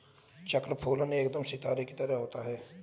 चक्रफूल एकदम सितारे की तरह होता है